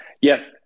yes